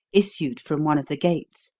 issued from one of the gates,